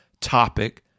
topic